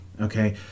Okay